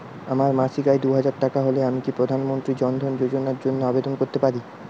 আমার মাসিক আয় দুহাজার টাকা হলে আমি কি প্রধান মন্ত্রী জন ধন যোজনার জন্য আবেদন করতে পারি?